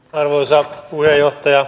arvoisa puheenjohtaja